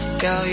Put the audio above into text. girl